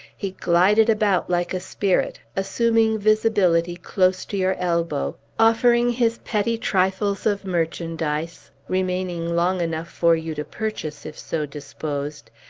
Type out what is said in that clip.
he glided about like a spirit, assuming visibility close to your elbow, offering his petty trifles of merchandise, remaining long enough for you to purchase, if so disposed,